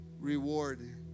reward